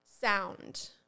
sound